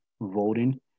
voting